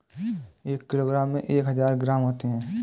एक किलोग्राम में एक हजार ग्राम होते हैं